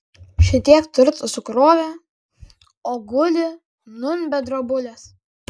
šitiek turto sukrovė o guli nūn be drobulės